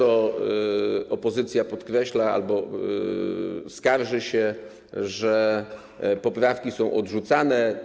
Opozycja często podkreśla albo skarży się, że poprawki są odrzucane.